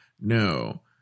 No